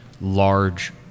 large